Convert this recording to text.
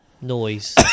noise